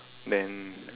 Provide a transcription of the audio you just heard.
then